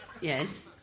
Yes